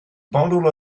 bundle